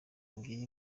ngiyi